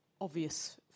obvious